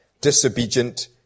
disobedient